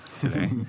today